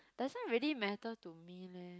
doesn't really matter to me leh